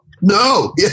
no